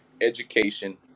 education